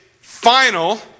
final